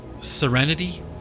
serenity